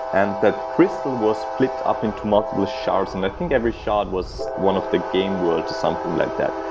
and that crystal was split up into multiple shards, and i think every shard was one of the game worlds, something like that.